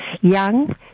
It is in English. young